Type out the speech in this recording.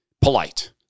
Polite